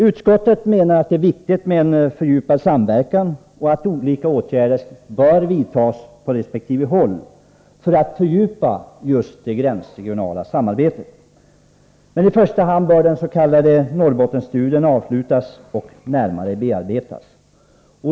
Utskottet menar att det är viktigt med en fördjupad samverkan och att olika åtgärder bör vidtas på resp. håll för att fördjupa det regionala samarbetet över gränserna. Men i första hand bör den s.k. Norrbottensstudien avslutas och närmare bearbetas.